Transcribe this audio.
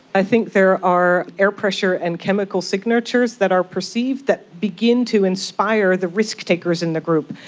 i think there are air pressure and chemical signatures that are perceived that begin to inspire the risk-takers in the group,